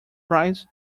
prize